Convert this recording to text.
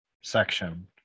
section